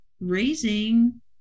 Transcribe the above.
raising